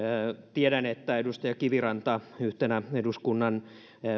tiedän että edustaja kiviranta yhtenä eduskunnan